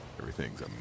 Everything's